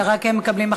ורק הם מקבלים החלטות.